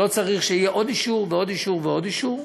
לא צריך שיהיה עוד אישור ועוד אישור ועוד אישור.